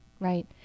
Right